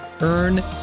Earn